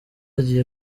agiye